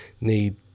need